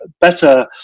better